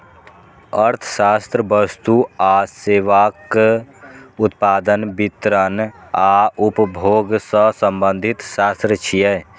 अर्थशास्त्र वस्तु आ सेवाक उत्पादन, वितरण आ उपभोग सं संबंधित शास्त्र छियै